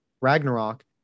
Ragnarok